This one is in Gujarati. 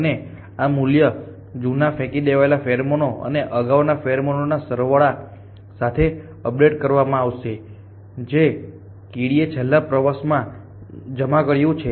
અને આ મૂલ્ય જૂના ફેંકી દેવાયેલા ફેરોમોન અને અગાઉના ફેરોમોનના સરવાળા સાથે અપડેટ કરવામાં આવશે જે કીડીએ છેલ્લા પ્રવાસમાં જમા કર્યું છે